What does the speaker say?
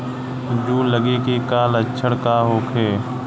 जूं लगे के का लक्षण का होखे?